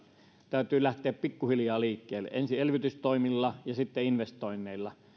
täytyy lähteä pikkuhiljaa liikkeelle ensin elvytystoimilla ja sitten investoinneilla